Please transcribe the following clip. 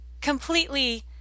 completely